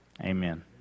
Amen